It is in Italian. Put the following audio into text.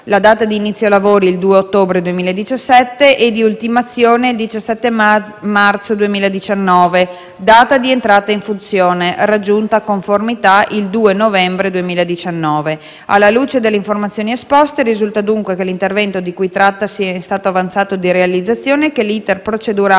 data di inizio lavori il 2 ottobre 2017 e come data di ultimazione lavori il 17 marzo 2019; come data di entrata in funzione per raggiunta conformità il 2 novembre 2019. Alla luce delle informazioni esposte, risulta dunque che l'intervento di cui trattasi è in avanzato stato di realizzazione e che l'*iter* procedurale